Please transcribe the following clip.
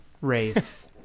race